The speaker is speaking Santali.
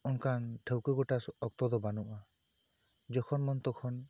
ᱚᱱᱠᱟᱱ ᱴᱷᱟᱹᱣᱠᱟᱹ ᱜᱚᱴᱟ ᱫᱚ ᱵᱟᱹᱱᱩᱜᱼᱟ ᱡᱚᱠᱷᱚᱱ ᱵᱟᱝ ᱛᱚᱠᱷᱚᱱ